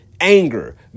anger